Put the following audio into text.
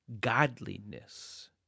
godliness